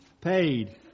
paid